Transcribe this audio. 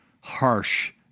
harsh